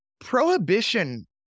prohibition